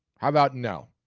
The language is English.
how about no?